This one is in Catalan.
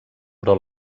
però